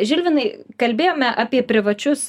žilvinai kalbėjome apie privačius